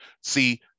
see